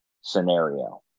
scenario